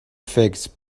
figs